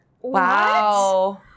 Wow